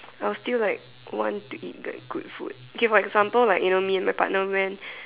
I'll feel like want to eat the good food okay for example like you know me and my partner went